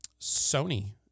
Sony